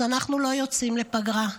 אז אנחנו לא יוצאים לפגרה.